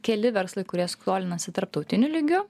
keli verslai kurie skolinasi tarptautiniu lygiu